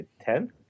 Ten